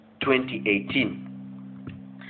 2018